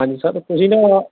ਹਾਂਜੀ ਸਰ ਤੁਸੀਂ ਨਾ